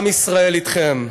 עם ישראל אתכם.